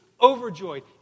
overjoyed